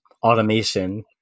automation